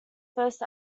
first